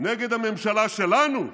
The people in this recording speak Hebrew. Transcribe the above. נגד הממשלה שלנו,